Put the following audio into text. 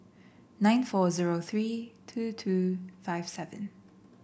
nine four Hubbard three two two five seven